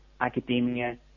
academia